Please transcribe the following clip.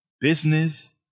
business